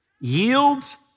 yields